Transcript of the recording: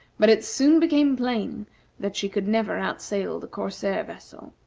but it soon became plain that she could never outsail the corsair vessel.